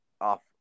off